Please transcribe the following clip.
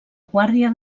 guàrdia